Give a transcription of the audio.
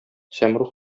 сәмруг